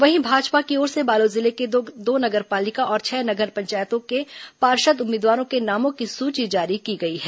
वहीं भाजपा की ओर से बालोद जिले के दो नगर पालिका और छह नगर पंचायतों के पार्षद उम्मीदवारों के नामों की सूची जारी की गई है